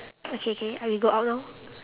okay K ah we go out now